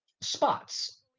spots –